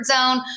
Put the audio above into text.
zone